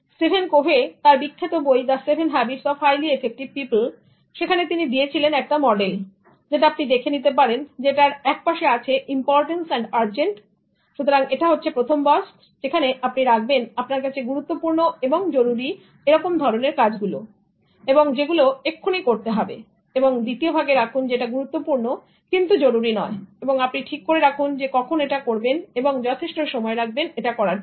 Steven Coveyতার বিখ্যাত বই The Seven Habits of Highly Effective Peopleসেখানে তিনি দিয়েছিলেন একটা মডেল সেটা আপনি দেখে নিতে পারেন যে এটার এক পাশে আছে ইম্পর্টেন্স এন্ড আর্জেন্ট সুতরাং এটা হচ্ছে প্রথম বক্স যেখানে আপনি রাখবেন আপনার কাছে গুরুত্বপূর্ণ এবং জরুরী এরকম ধরনের কাজ গুলো এবং যেগুলো এক্ষুনি করতে হবে এবং দ্বিতীয়ভাগে রাখুন যেটা গুরুত্বপূর্ণ কিন্তু জরুরী নয় এবং আপনি ঠিক করে রাখুন যে কখন এটা করবেন এবং যথেষ্ট সময় রাখবেন এটা করার জন্য